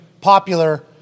popular